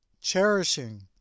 cherishing